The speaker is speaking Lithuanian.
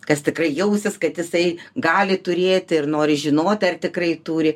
kas tikrai jausis kad jisai gali turėti ir nori žinoti ar tikrai turi